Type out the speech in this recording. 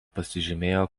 pasižymėjo